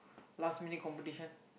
last minute competition